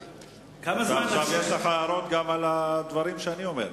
עכשיו יש לך הערות גם על הדברים שאני אומר.